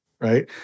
right